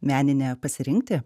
meninę pasirinkti